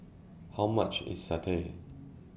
How much IS Satay